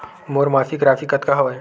मोर मासिक राशि कतका हवय?